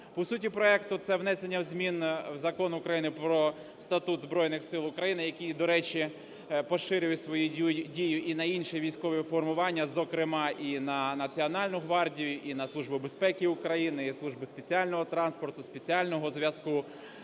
По суті проекту це внесення змін в Закон України про статут Збройних Сил України, який, до речі, поширює свою дію і на інші військові формування, зокрема і на Національну гвардію, і на Службу безпеки України, і служби спеціального транспорту, спеціального зв'язку.